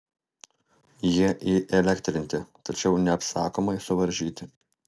jie įelektrinti tačiau neapsakomai suvaržyti